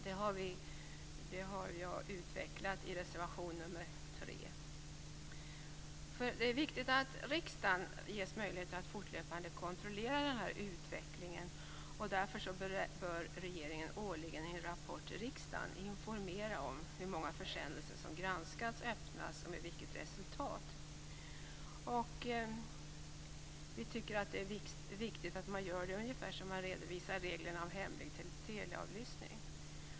Detta har jag utvecklat i reservation nr 3. Det är viktigt att riksdagen ges möjligheter att fortlöpande kontrollera den här utvecklingen. Därför bör regeringen årligen i en rapport till riksdagen informera om hur många försändelser som granskas och öppnas samt med vilket resultat. Vi tycker att det är viktigt att man gör det, ungefär som man redovisar reglerna om hemlig teleavlyssning.